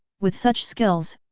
with such skills,